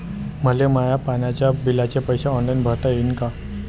मले माया पाण्याच्या बिलाचे पैसे ऑनलाईन भरता येईन का?